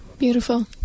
Beautiful